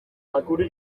akuri